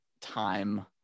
Time